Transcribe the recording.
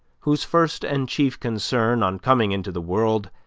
whose first and chief concern, on coming into the world,